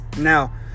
Now